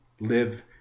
live